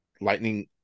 Lightning